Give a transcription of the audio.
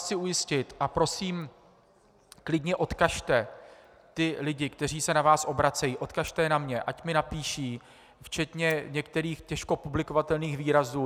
Chci vás ujistit, a prosím, klidně odkažte lidi, kteří se na vás obracejí, na mě, ať mi napíší včetně některých těžko publikovatelných výrazů.